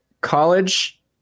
college